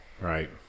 Right